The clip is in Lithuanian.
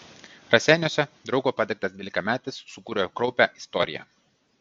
raseiniuose draugo padegtas dvylikametis sukūrė kraupią istoriją